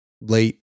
late